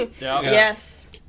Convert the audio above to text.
yes